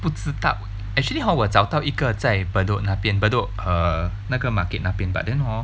不知道 actually hor 我找到一个在 Bedok 那边 Bedok err 那个 market 那边 but then hor